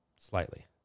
slightly